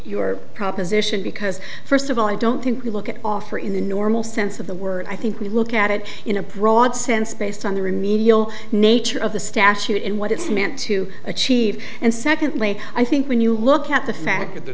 your proposition because first of all i don't think we look at offer in the normal sense of the word i think we look at it in a broad sense based on the remedial nature of the statute in what it's meant to achieve and secondly i think when you look at the fact that the